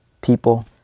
people